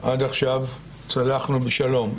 עד עכשיו צלחנו בשלום.